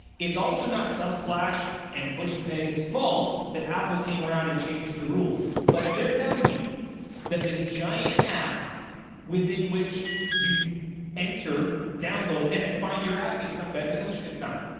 it's also not subsplash and pushpay's fault that apple came around and changed the rules, but if they're telling you that this giant app within which you enter, download and then find your app is some better solution, it's not.